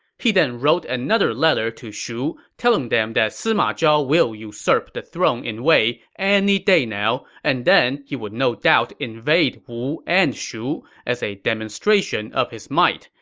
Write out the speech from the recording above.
he then wrote another letter to shu, telling them that sima zhao will usurp the throne in wei any day now and then he would no doubt invade wu and shu as a demonstration of his might,